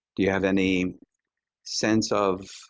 do you have any sense of